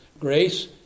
grace